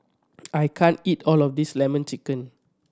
I can't eat all of this Lemon Chicken